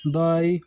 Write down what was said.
दही